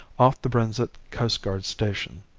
off the brenzett coastguard station.